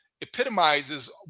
epitomizes